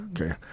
Okay